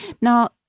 Now